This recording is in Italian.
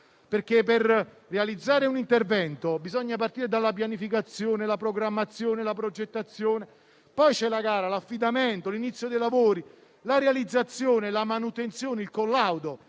Per realizzare un intervento bisogna partire dalla pianificazione, dalla programmazione, dalla progettazione; poi ci sono la gara, l'affidamento, l'inizio dei lavori, la realizzazione, la manutenzione, il collaudo